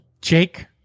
Jake